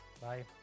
Bye